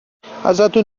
ازتون